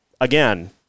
Again